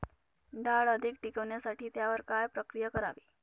डाळ अधिक टिकवण्यासाठी त्यावर काय प्रक्रिया करावी?